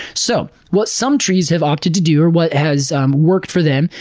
so what some trees have opted to do, or what has worked for them,